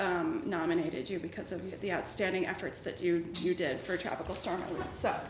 nominated you because of the outstanding efforts that you did for tropical storm so